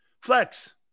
Flex